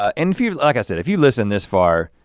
ah and if you, like i said, if you listened this far,